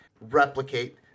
replicate